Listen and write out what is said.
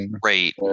great